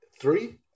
Three